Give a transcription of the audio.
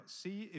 see